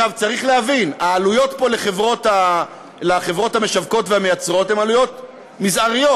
צריך להבין: העלויות פה לחברות המשווקות והמייצרות הן עלויות מזעריות.